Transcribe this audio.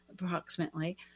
approximately